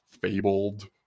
Fabled